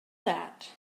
that